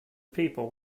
people